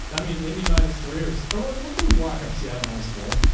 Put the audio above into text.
i mean indie minus three or, so or or we can lock up seattle minus four.